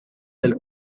del